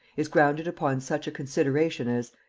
is grounded upon such a consideration as,